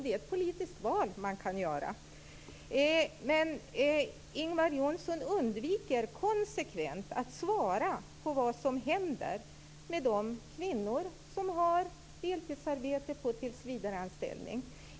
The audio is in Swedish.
Det är ett politiskt val man kan göra. Ingvar Johnsson undviker konsekvent att svara på frågan vad som händer med de kvinnor som har deltidsarbete på tillsvidareanställning.